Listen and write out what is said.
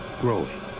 growing